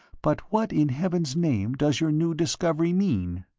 but what, in heaven's name, does your new discovery mean?